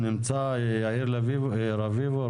נמצא שם יאיר רביבו,